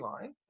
line